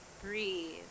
Breathe